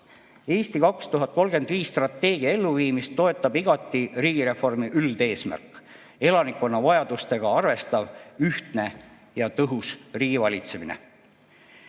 "Eesti 2035" elluviimist toetab igati riigireformi üldeesmärk: elanikkonna vajadustega arvestav, ühtne ja tõhus riigivalitsemine.